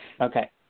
Okay